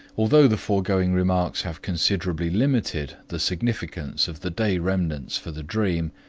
although the foregoing remarks have considerably limited the significance of the day remnants for the dream,